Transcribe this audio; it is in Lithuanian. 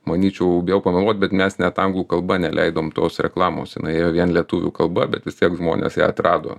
manyčiau bijau pameluot bet mes net anglų kalba neleidom tos reklamos jinai ėjo vien lietuvių kalba bet vis tiek žmonės ją atrado